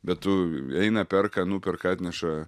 bet tu eina perka nuperka atneša